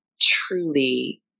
truly